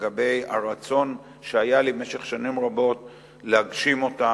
והיה לי רצון במשך שנים רבות להגשים אותם.